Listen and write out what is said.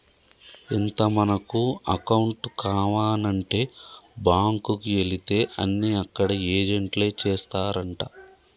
ఇంత మనకు అకౌంట్ కావానంటే బాంకుకు ఎలితే అన్ని అక్కడ ఏజెంట్లే చేస్తారంటా